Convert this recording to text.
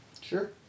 Sure